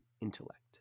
intellect